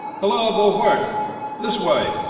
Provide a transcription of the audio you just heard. hallo, beaufort this way!